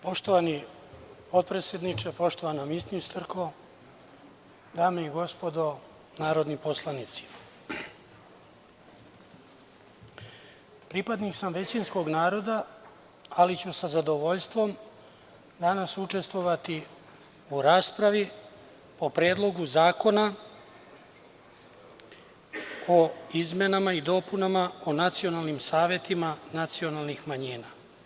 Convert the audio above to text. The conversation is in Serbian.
Poštovani potpredsedniče, poštovana ministarko, dame i gospodo narodni poslanici, pripadnik sam većinskog naroda, ali ću sa zadovoljstvom danas učestvovati u raspravi o Predlogu zakona o izmenama i dopunama o nacionalnim savetima nacionalnih manjina.